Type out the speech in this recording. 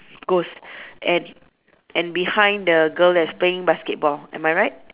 ghost and and behind the girl that's playing basketball am I right